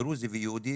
דרוזי ויהודי